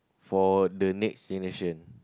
for the next generation